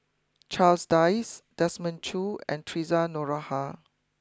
Charles Dyce Desmond Choo and Theresa Noronha